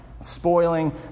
spoiling